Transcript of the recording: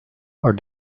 are